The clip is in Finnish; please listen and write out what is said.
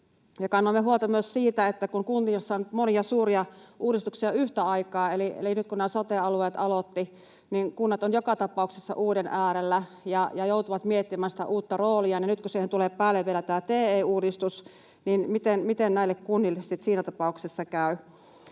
Kannamme huolta myös siitä, että kun kunnissa on monia suuria uudistuksia yhtä aikaa nyt kun nämä sote-alueet aloittivat, niin kunnat ovat joka tapauksessa uuden äärellä ja joutuvat miettimään sitä uutta roolia, ja nyt kun siihen tulee päälle vielä TE-uudistus, niin miten näille kunnille sitten siinä tapauksessa käy.